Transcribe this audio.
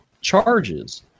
charges